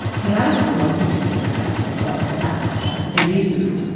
but i also want you to be a productive worker'. that's perfectly reasonable.